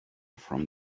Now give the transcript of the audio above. from